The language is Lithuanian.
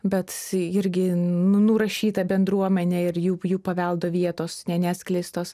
bet irgi nurašyta bendruomenė ir jų jų paveldo vietos ne neatskleistos